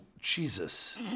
Jesus